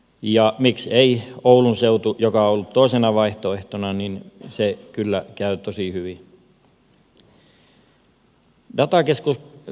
ja miksi ei oulun seutu joka on ollut toisena vaihtoehtona se kyllä käy tosi hyvin